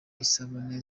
isabune